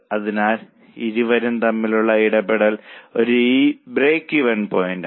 അതിനാൽ ഇരുവരും തമ്മിലുള്ള ഇടപെടൽ ഒരു ബ്രേക്ക്ഈവൻ പോയിന്റാണ്